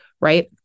right